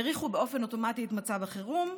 האריכו באופן אוטומטי את מצב החירום.